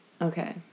okay